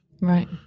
Right